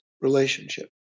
relationship